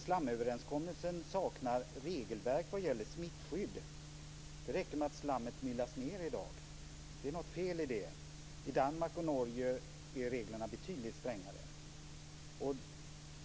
Slamöverenskommelsen saknar regelverk vad gäller smittskydd. I dag räcker det med att slammet myllas ned. Det är något fel i det. I Danmark och Norge är reglerna betydligt strängare.